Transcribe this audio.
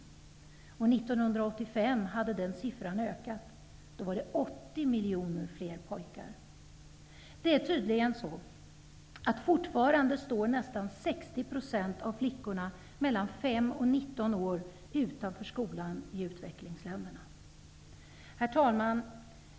År 1985 hade den siffran ökat: då var det 80 miljoner fler pojkar. Det är tydligen så, att fortfarande står nästan 60 % av flickorna mellan 5 och 19 år i utvecklingsländerna utanför skolan. Herr talman!